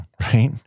right